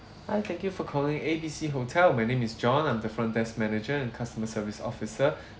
hi thank you for calling a b c hotel my name is john I'm the front desk manager and customer service officer